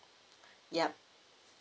yup